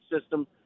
system